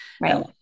Right